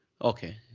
Okay